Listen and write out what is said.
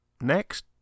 Next